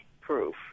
proof